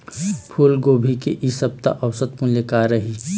फूलगोभी के इ सप्ता औसत मूल्य का रही?